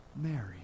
Mary